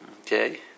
Okay